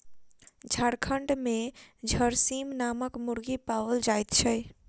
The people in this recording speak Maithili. झारखंड मे झरसीम नामक मुर्गी पाओल जाइत छै